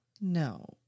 no